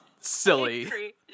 silly